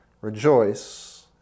Rejoice